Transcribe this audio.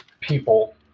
people